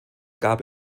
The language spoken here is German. gab